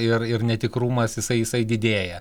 ir ir netikrumas jisai jisai didėja